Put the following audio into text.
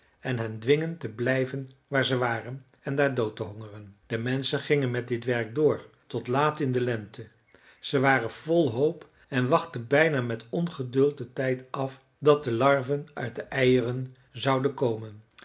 en hen dwingen te blijven waar ze waren en daar dood te hongeren de menschen gingen met dit werk door tot laat in de lente ze waren vol hoop en wachtten bijna met ongeduld den tijd af dat de larven uit de eieren zouden komen